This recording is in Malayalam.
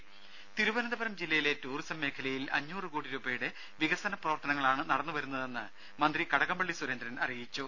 ദേദ തിരുവനന്തപുരം ജില്ലയിലെ ടൂറിസം മേഖലയിൽ അഞ്ഞൂറ് കോടി രൂപയുടെ വികസനപ്രവർത്തനങ്ങളാണ് നടന്നുവരുന്നതെന്ന് മന്ത്രി കടകംപള്ളി സുരേന്ദ്രൻ പറഞ്ഞു